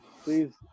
please